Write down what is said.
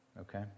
okay